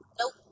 nope